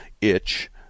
itch